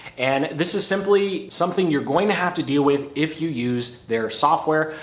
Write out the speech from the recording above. and this is simply something you're going to have to deal with. if you use their software,